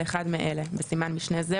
על אחד אלה (בסימן משנה זה,